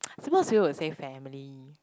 most people will say family